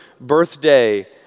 birthday